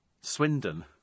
Swindon